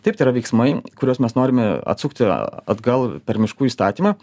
taip tai yra veiksmai kuriuos mes norime atsukti atgal per miškų įstatymą